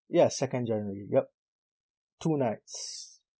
ya second january yup two nights